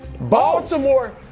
Baltimore